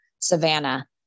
Savannah